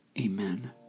Amen